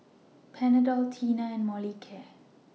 Panadol Tena and Molicare